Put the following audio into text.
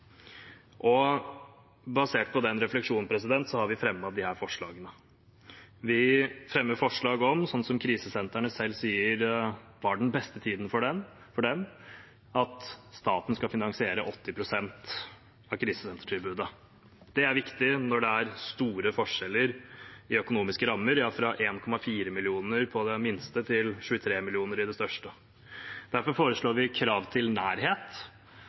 Basert på den refleksjonen har vi fremmet disse forslagene. Vi fremmer forslag om – sånn som det var i det krisesentrene selv sier var den beste tiden for dem – at staten skal finansiere 80 pst. av krisesentertilbudet. Det er viktig når det er store forskjeller i økonomiske rammer – fra 1,4 mill. kr for det minste til 23 mill. kr for det største. Derfor foreslår vi krav til nærhet,